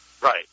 Right